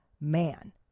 man